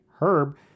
Herb